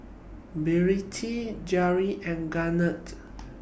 and Garnet